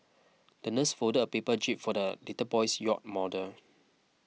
the nurse folded a paper jib for the little boy's yacht model